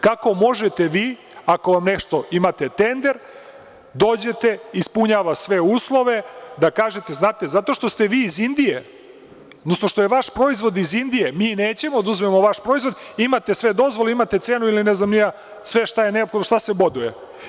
Kako možete vi ako vam nešto, imate tender, dođete, ispunjava sve uslove, da kažete – znate, zato što ste vi iz Indije, odnosno što je vaš proizvod iz Indije mi nećemo da uzmemo vaš proizvod, imate sve dozvole, imate cenu ili ne znam ni ja sve šta je neophodno, šta se boduje.